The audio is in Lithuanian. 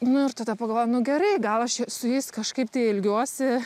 nu ir tada pagalvojau nu gerai gal aš i su jais kažkaip tai elgiuosi